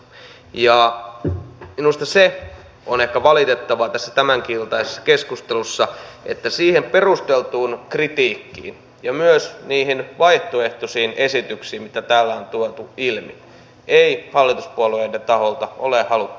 ja minusta se on ehkä valitettavaa tässä tämänkin iltaisessa keskustelussa että siihen perusteltuun kritiikkiin ja myös niihin vaihtoehtoisiin esityksiin mitä täällä on tuotu ilmi ei hallituspuolueiden taholta ole haluttu vastata